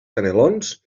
canelons